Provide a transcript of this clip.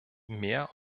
mehr